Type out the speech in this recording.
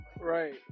Right